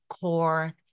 core